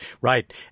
Right